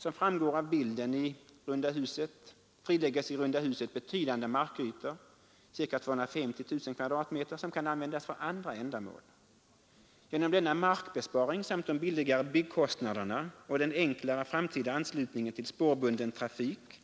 Som framgår av bilden friläggs i runda huset betydande markytor, ca 250 000 kvadratmeter, som kan användas för andra ändamål. Genom denna markbesparing samt genom de billigare byggnadskostnaderna och den enklare framtida anslutningen till spårbunden trafik